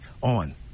on